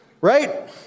right